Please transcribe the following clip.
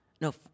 no